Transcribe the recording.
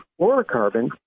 fluorocarbon